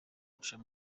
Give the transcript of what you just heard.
yaciye